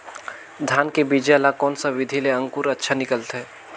धान के बीजा ला कोन सा विधि ले अंकुर अच्छा निकलथे?